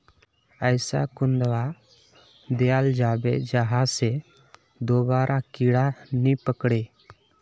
ऐसा कुन दाबा दियाल जाबे जहा से दोबारा कीड़ा नी पकड़े?